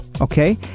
okay